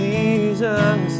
Jesus